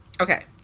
Okay